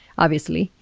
obviously,